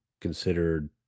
considered